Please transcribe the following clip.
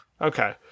okay